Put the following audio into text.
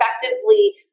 effectively